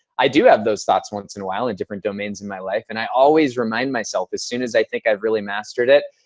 i do have those thoughts once in a while in different domains in my life. and i always remind myself as soon as i think i've really mastered it,